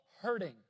hurting